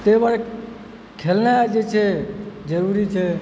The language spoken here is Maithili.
ताहि दुआरे खेलनाइ जे छै जरूरी छै